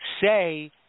say